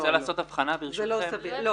לא.